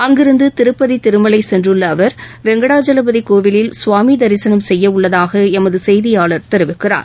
அங்கிருந்து திருப்பதி திருமலை சென்றுள்ள அவர் வெங்கடாஜலபதி கோவிலில் சுவாமி தரிசனம் செய்ய உள்ளதாக எமது செய்தியாளர் தெரிவிக்கிறார்